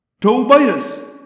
Tobias